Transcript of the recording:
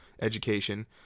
education